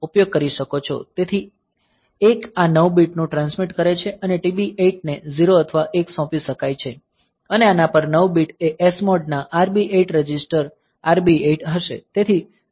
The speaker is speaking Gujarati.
તેથી એક આ 9 બીટ ટ્રાન્સમિટ કરે છે અને TB 8 ને 0 અથવા 1 સોંપી શકાય છે અને આના પર 9 બીટ એ SMOD ના RB8 રજિસ્ટર RB8 હશે